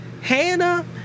Hannah